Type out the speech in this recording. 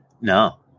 No